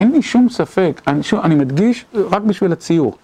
אין לי שום ספק, אני מדגיש רק בשביל הציור